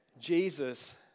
Jesus